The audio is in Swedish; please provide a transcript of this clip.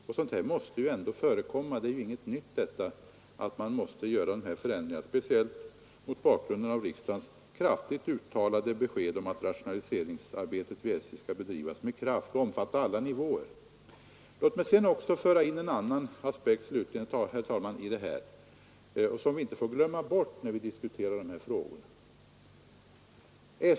Att sådana här förändringar måste förekomma är ingenting nytt, speciellt mot bakgrunden av riksdagens kraftigt uttalade besked om att rationaliseringsarbetet vid SJ skall bedrivas med kraft och omfatta alla nivåer. Låt mig slutligen, herr talman, föra in en annan aspekt, som vi inte får glömma bort när vi diskuterar dessa frågor.